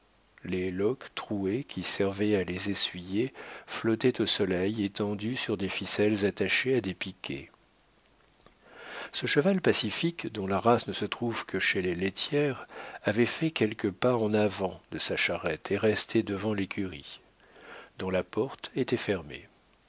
les loques trouées qui servaient à les essuyer flottaient au soleil étendues sur des ficelles attachées à des piquets ce cheval pacifique dont la race ne se trouve que chez les laitières avait fait quelques pas en avant de sa charrette et restait devant l'écurie dont la porte était fermée